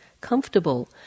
comfortable